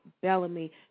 Bellamy